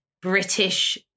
British